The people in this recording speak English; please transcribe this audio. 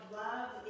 love